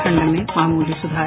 ठंड में मामूली सुधार